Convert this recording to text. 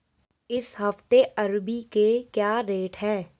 इस हफ्ते अरबी के क्या रेट हैं?